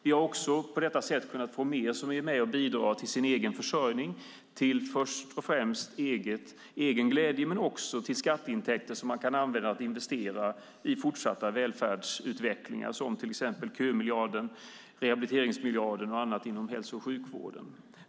Vi har också på detta sätt kunnat få fler som är med och bidrar till sin egen försörjning, först och främst till egen glädje, men det ger också skatteintäkter som man kan använda för att investera i fortsatt välfärdsutveckling, till exempel kömiljarden, rehabiliteringsmiljarden och annat inom hälso och sjukvården.